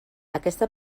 aquesta